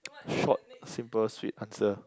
short simple sweet answer